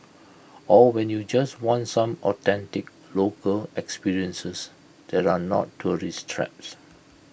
or when you just want some authentic local experiences that are not tourist traps